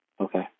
Okay